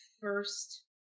first